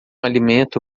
alimento